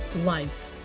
life